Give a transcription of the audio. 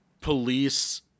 police